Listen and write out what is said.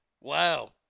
Wow